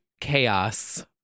Chaos